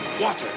water